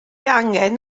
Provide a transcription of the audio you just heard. angen